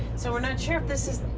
so we're not sure if this is.